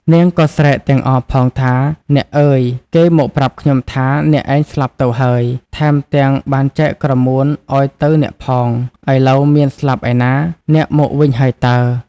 នាងក៏ស្រែកទាំងអរផងថា "អ្នកអើយ! គេមកប្រាប់ខ្ញុំថា អ្នកឯងស្លាប់ទៅហើយ ថែមទាំងបានចែកក្រមួនឲ្យទៅអ្នកផង ឥឡូវមានស្លាប់ឯណា! អ្នកមកវិញហើយតើ!" ។